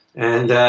and.